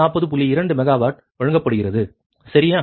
2 megawatt வழங்கப்படுகிறது சரியா